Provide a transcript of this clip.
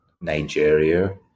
Nigeria